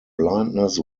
blindness